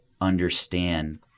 understand